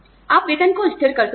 आप वेतन को स्थिर कर सकते हैं